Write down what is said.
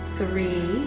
three